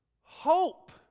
Hope